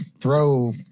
throw